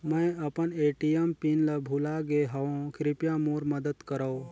मैं अपन ATM PIN ल भुला गे हवों, कृपया मोर मदद करव